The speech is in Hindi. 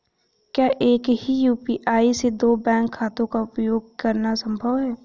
क्या एक ही यू.पी.आई से दो बैंक खातों का उपयोग करना संभव है?